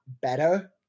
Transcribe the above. better